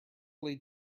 lay